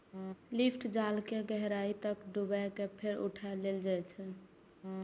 lift जाल कें गहराइ तक डुबा कें फेर उठा लेल जाइ छै